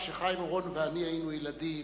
כשחיים אורון ואני היינו ילדים,